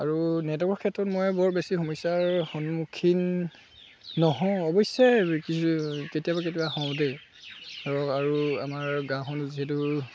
আৰু নেটৱৰ্কৰ ক্ষেত্ৰত মই বৰ বেছি সমস্যাৰ সন্মুখীন নহওঁ অৱশ্যে কি কেতিয়াবা কেতিয়াবা হওঁ দেই ধৰক আৰু আমাৰ গাঁওখনত যিহেতু